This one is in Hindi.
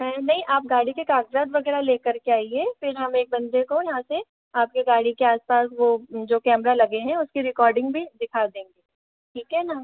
नहीं आप गाड़ी के कागजात वगैरह लेकर के आइए फिर हम एक बन्दे को यहाँ से आपके गाड़ी के आस पास वो जो कैमरा लगे हैं उसकी रिकॉर्डिंग भी दिखा देंगे ठीक है ना